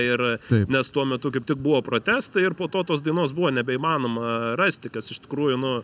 ir nes tuo metu kaip tik buvo pratęsta ir po to tos dainos buvo nebeįmanoma rasti kas iš tikrųjų nu